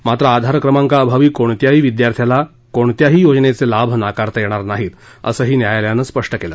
मात्र आधार क्रमांकाअभावी कोणत्याही विद्यार्थ्याला कोणत्याही योजनेचे लाभ नाकारता येणार नाहीत असंही न्यायालयानं स्पष्ट केलं